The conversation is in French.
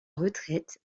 retraite